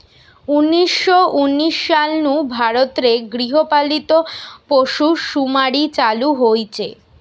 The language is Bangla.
উনিশ শ উনিশ সাল নু ভারত রে গৃহ পালিত পশুসুমারি চালু হইচে